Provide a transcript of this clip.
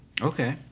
Okay